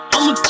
I'ma